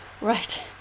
Right